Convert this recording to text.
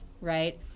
right